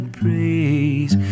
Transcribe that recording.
praise